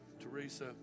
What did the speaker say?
Teresa